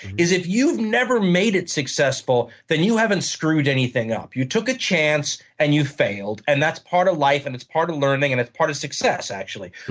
is if you've never made it successful, then you haven't screwed anything up. you took a chance and you failed, and that's part of life and it's part learning and it's part of success, actually.